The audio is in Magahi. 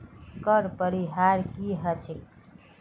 कर परिहार की ह छेक